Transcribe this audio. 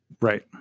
Right